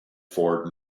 ford